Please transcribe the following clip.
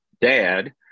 Dad